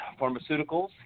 pharmaceuticals